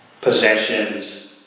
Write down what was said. possessions